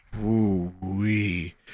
Ooh-wee